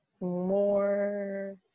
more